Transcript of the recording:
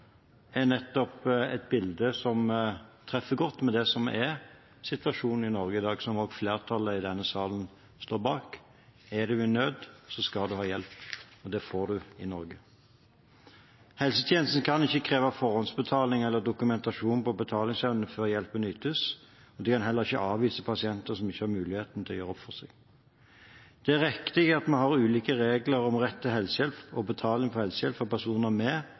er nettopp et bilde som treffer godt med det som er situasjonen i Norge i dag, som også flertallet i denne salen står bak: Er man i nød, skal man ha hjelp – og det får man i Norge. Helsetjenesten kan ikke kreve forhåndsbetaling eller dokumentasjon på betalingsevne før hjelpen ytes. Man kan heller ikke avvise pasienter som ikke har mulighet til å gjøre opp for seg. Det er riktig at vi har ulike regler om rett til helsehjelp og betaling for helsehjelp for personer med